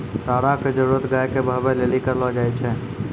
साँड़ा के जरुरत गाय के बहबै लेली करलो जाय छै